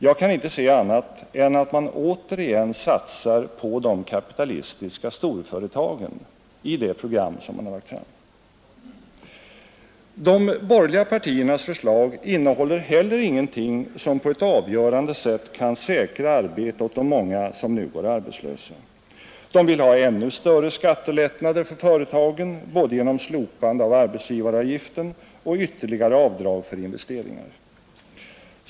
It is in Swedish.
Jag kan inte se annat än att man återigen satsar på de kapitalistiska storföretagen i det program som man har lagt fram, De borgerliga partiernas förslag innehåller heller ingenting som på ett avgörande sätt kan säkra arbete åt de många som nu går arbetslösa. Man vill ha ännu större skattelättnader för företagen både genom slopande av arbetsgivaravgiften och genom ytterligare avdrag för investeringar.